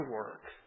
work